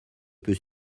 peut